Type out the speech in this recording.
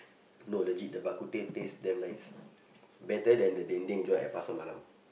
no legit the bak-kut-teh taste damn nice better than the dendeng at Pasar Malam